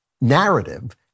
narrative